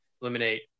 eliminate